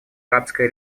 арабская